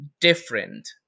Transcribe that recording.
different